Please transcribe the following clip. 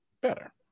better